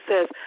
says